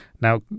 Now